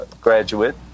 graduate